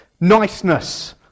Niceness